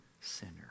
sinner